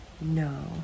No